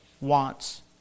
wants